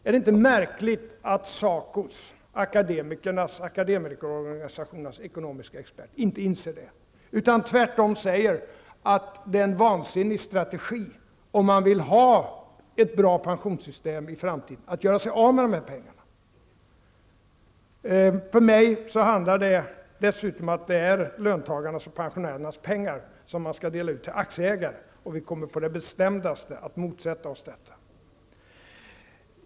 Är det inte märkligt att SACOs, akademikerorganisationernas, ekonomiska expert inte inser detta, utan tvärtom säger att det är en vansinnig strategi att göra sig av med dessa pengar om man vill ha ett bra pensionssystem i framtiden? För mig är det dessutom fråga om att man skall dela ut löntagarnas och pensionärernas pengar till aktieägare. Vi kommer att på det bestämdaste att motsätta oss detta.